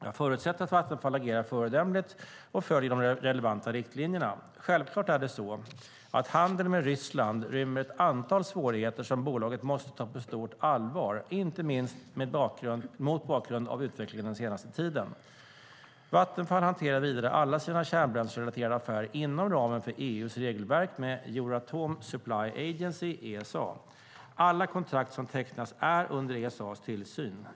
Jag förutsätter att Vattenfall agerar föredömligt och följer de relevanta riktlinjerna. Självklart är det så att handel med Ryssland rymmer ett antal svårigheter som bolaget måste ta på stort allvar, inte minst mot bakgrund av utvecklingen den senaste tiden. Vattenfall hanterar vidare alla sina kärnbränslerelaterade affärer inom ramen för EU:s regelverk med Euratom Supply Agency, Esa. Alla kontrakt som tecknas är under Esas tillsyn.